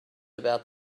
about